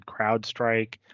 CrowdStrike